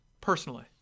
Personally